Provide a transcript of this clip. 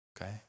Okay